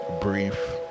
brief